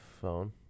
phone